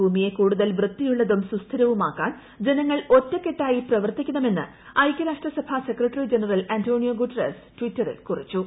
ഭൂമിയെ കൂടുതൽ വൃത്തിയുള്ളതും സുസ്ഥിരവുമാക്കാൻ ജനങ്ങൾ ഒറ്റക്കെട്ടായി പ്രവർത്തിക്കണമെന്ന് ഐകൃരാഷ്ട്ര സഭാ സെക്രട്ടറി ജനറൽ ആന്റോണിയോ ഗുട്ടറസ് ടിറ്ററിൽ കുറിച്ചു